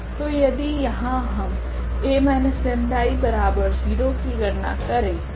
तो यदि यहाँ हम A 𝜆I0 की गणना करे